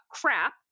crap